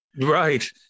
Right